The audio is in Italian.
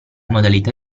modalità